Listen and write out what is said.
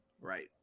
right